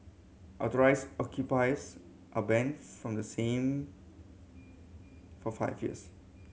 authorised occupiers are banned from the same for five years